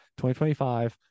2025